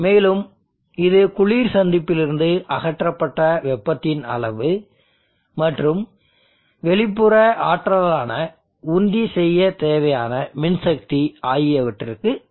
மேலும் இது குளிர் சந்திப்பிலிருந்து அகற்றப்பட்ட வெப்பத்தின் அளவு மற்றும் வெளிப்புற ஆற்றலான உந்தி செய்ய தேவையான மின்சக்தி ஆகியவற்றுக்கு சமமாகும்